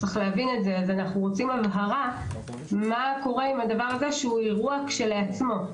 אנחנו מדברים כאן בוועדה רק על אירועים מעל 300 אנשים.